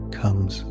comes